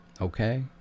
Okay